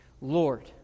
Lord